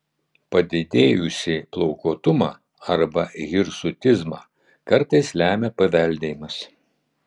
padidėjusį plaukuotumą arba hirsutizmą kartais lemia paveldėjimas